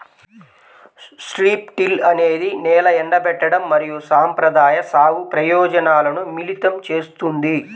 strip till అనేది నేల ఎండబెట్టడం మరియు సంప్రదాయ సాగు ప్రయోజనాలను మిళితం చేస్తుంది